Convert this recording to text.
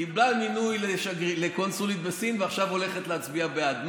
קיבלה מינוי לקונסולית בסין ועכשיו הולכת להצביע בעד.